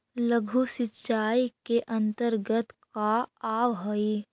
लघु सिंचाई के अंतर्गत का आव हइ?